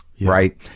right